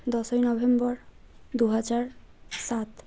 দশই নভেম্বর দুহাজার সাত